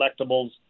collectibles